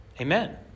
Amen